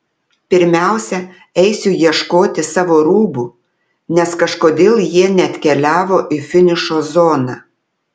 pirmiausia eisiu ieškoti savo rūbų nes kažkodėl jie neatkeliavo į finišo zoną